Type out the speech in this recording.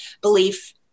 belief